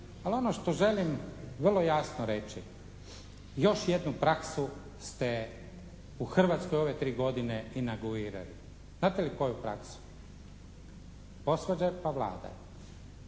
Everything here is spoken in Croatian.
Ali ono što želim vrlo jasno reći. Još jednu praksu ste u Hrvatskoj u ove tri godine inaugurirali. Znate li koju praksu? Posvađaj pa vladaj.